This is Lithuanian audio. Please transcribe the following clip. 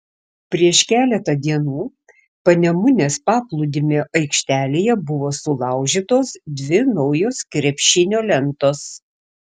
prieš keletą dienų panemunės paplūdimio aikštelėje buvo sulaužytos dvi naujos krepšinio lentos